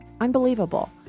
Unbelievable